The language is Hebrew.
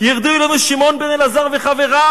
ירדו אלינו שמעון בן אלעזר וחבריו,